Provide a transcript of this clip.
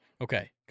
Okay